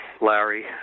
Larry